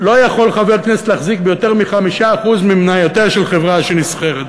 לא יכול חבר כנסת להחזיק ביותר מ-5% ממניותיה של חברה שנסחרת בבורסה.